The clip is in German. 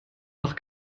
noch